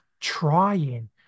trying